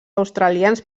australians